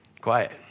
Quiet